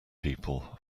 people